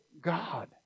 God